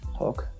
Okay